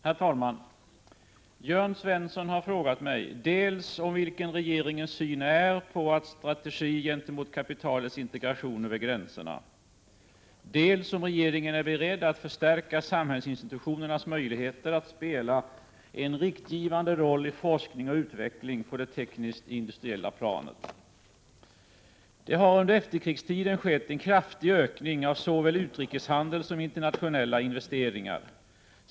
Herr talman! Jörn Svensson har frågat mig dels om regeringens syn på och strategi gentemot kapitalets integration över gränserna, dels om regeringen är beredd att förstärka samhällsinstitutionernas möjligheter att spela en riktgivande roll i forskning och utveckling på det tekniskt-industriella planet. Det har under efterkrigstiden skett en kraftig ökning av såväl utrikeshandel som internationella investeringar.